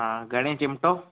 हा घणें चिमिटो